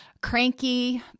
cranky